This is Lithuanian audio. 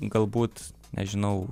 galbūt nežinau